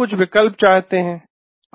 लोग कुछ विकल्प चाहते हैं